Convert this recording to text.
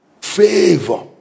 Favor